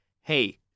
hey